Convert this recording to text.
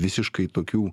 visiškai tokių